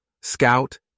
Scout